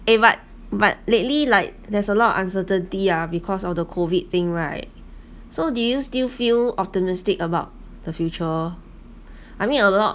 eh but but lately like there's a lot of uncertainty ah because of the COVID thing right so do you still feel optimistic about the future I mean a lot